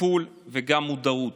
טיפול וגם מודעות.